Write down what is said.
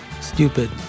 stupid